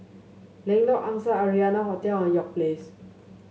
Lengkok Angsa Arianna Hotel and York Place